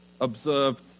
observed